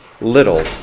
little